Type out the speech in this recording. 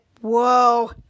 Whoa